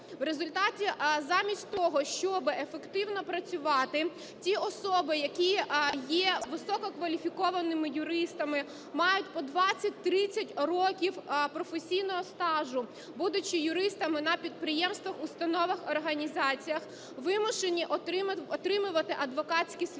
В результаті, замість того, щоб ефективно працювати, ті особи, які є висококваліфікованими юристами, мають по 20-30 років професійного стажу, будучи юристами на підприємствах, установах, організаціях, вимушені отримувати адвокатські свідоцтва,